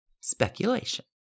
Speculation